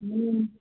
ମୁଁ